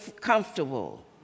comfortable